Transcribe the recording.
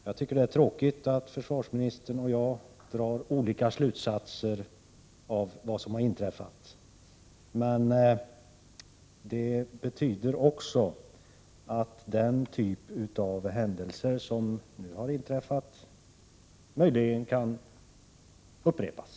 Jag tycker att det är tråkigt att försvarsministern och jag drar olika slutsatser av vad som har inträffat. Det betyder också att den typ av händelser som nu har inträffat möjligen kan upprepas.